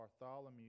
Bartholomew